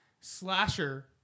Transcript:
slasher